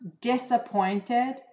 disappointed